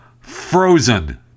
frozen